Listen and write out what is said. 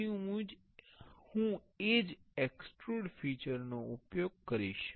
પછી હું એ જ એક્સટ્રુડ ફિચર નો ઉપયોગ કરીશ